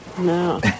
No